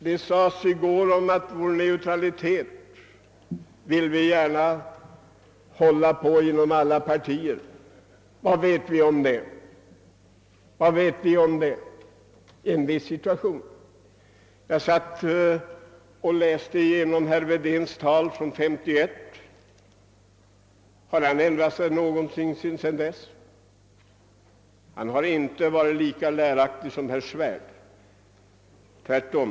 Det sades i går att alla partier vill värna om vår neutralitet. Vad vet vi om det i fall en viss situation inträffar? Jag har läst igenom herr Wedéns tal från 1951. Har han ändrat sig sedan dess? Han har inte varit lika läraktig som herr Svärd — tvärtom.